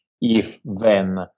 if-then